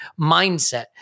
mindset